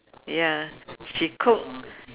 ya she cook